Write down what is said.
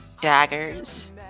daggers